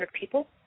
people